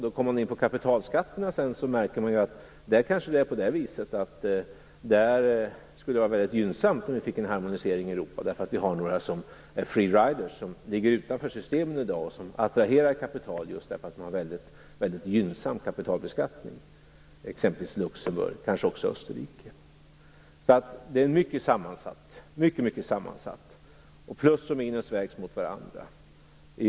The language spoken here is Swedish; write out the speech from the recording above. Om man sedan kommer in på kapitalskatterna märker man att det kanske skulle vara väldigt gynnsamt om vi fick en harmonisering i Europa, därför att det i dag finns några som är free riders, som ligger utanför systemen och som attraherar kapital just därför att de har väldigt gynnsam kapitalbeskattning. Det gäller exempelvis Luxemburg och kanske Österrike. Det är alltså mycket sammansatt. Plus och minus vägs mot varandra.